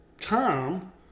time